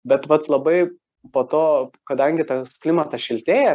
bet vat labai po to kadangi tas klimatas šiltėja